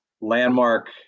landmark